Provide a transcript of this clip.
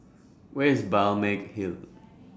Where IS Balmeg Hill